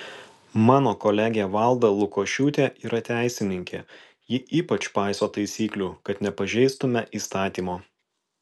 mano kolegė valda lukošiūtė yra teisininkė ji ypač paiso taisyklių kad nepažeistume įstatymo